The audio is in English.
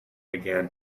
began